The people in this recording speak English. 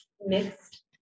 mixed